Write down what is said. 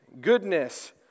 goodness